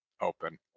open